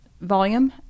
volume